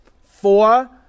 four